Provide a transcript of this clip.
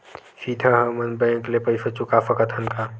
सीधा हम मन बैंक ले पईसा चुका सकत हन का?